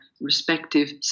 respective